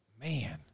man